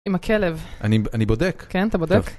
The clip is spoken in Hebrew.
עם הכלב. אני בודק. כן, אתה בודק.